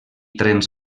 trens